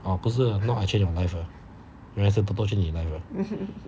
ah 不是 not exchange for life ah 原来是 toto 去你 life ah